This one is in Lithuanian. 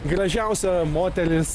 gražiausia moteris